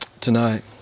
tonight